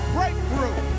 Breakthrough